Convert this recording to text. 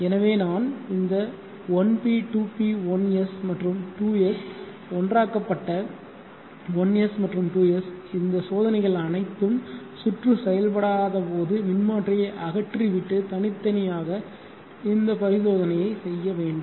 எனவே நான் இந்த 1p 2p 1s மற்றும் 2s ஒன்றாகபட்ட 1s மற்றும் 2s இந்த சோதனைகள் அனைத்தும் சுற்று செயல்படாதபோது மின்மாற்றியை அகற்றிவிட்டு தனித்தனியாக இந்த பரிசோதனையை செய்ய வேண்டும்